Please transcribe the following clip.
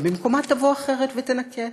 ובמקומה תבוא אחרת ותנקה,